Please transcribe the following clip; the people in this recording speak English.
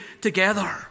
together